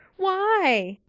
why?